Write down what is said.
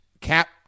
Cap